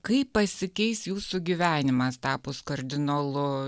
kaip pasikeis jūsų gyvenimas tapus kardinolu